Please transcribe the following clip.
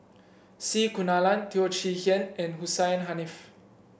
C Kunalan Teo Chee Hean and Hussein Haniff